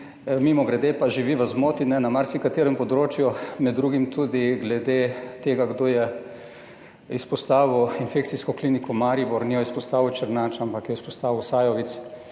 Mimogrede pa, živi v zmoti na marsikaterem področju, med drugim tudi glede tega, kdo je izpostavil infekcijsko kliniko Maribor. Ni je izpostavil Černač, ampak jo je izpostavil Sajovic,